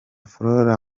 flora